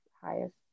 highest